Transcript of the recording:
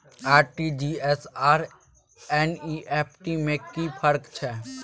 RTG S आर NEFT में कि फर्क छै?